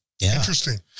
Interesting